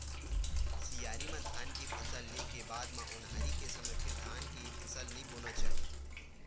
सियारी म धान के फसल ले के बाद म ओन्हारी के समे फेर धान के फसल नइ बोना चाही